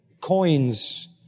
coins